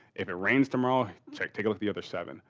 if it rains tomorrow take take a look the other seven